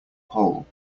pole